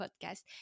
podcast